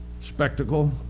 spectacle